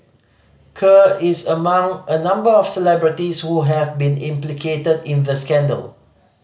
Kerr is among a number of celebrities who have been implicated in the scandal